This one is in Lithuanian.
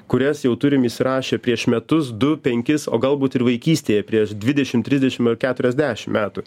kurias jau turim įsirašę prieš metus du penkis o galbūt ir vaikystėje prieš dvidešimt trisdešimt ar keturiasdešimt metų